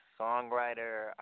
songwriter